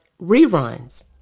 reruns